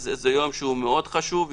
זה יום מאוד חשוב.